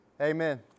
amen